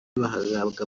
bagahabwa